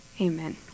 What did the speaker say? amen